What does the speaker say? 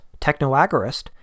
Technoagorist